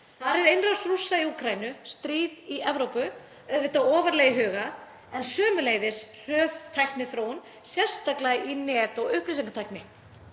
Þar er innrás Rússa í Úkraínu, stríð í Evrópu, auðvitað ofarlega í huga en sömuleiðis hröð tækniþróun, sérstaklega í net- og upplýsingatækni.